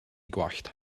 gwallt